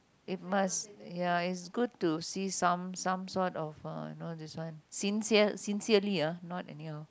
if must ya is good to see some some sort of uh you know this one sincere sincerely ah not anyhow